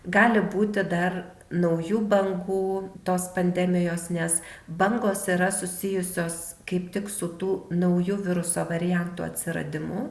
gali būti dar naujų bangų tos pandemijos nes bangos yra susijusios kaip tik su tų naujų viruso variantų atsiradimu